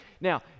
Now